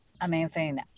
Amazing